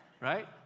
Right